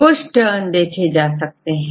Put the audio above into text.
कुछ टर्न देखे जा सकते हैं